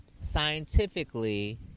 Scientifically